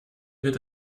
wird